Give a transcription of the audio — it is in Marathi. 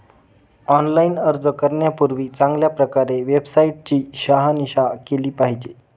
ऑनलाइन अर्ज करण्यापूर्वी चांगल्या प्रकारे वेबसाईट ची शहानिशा केली पाहिजे